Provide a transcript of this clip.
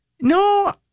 No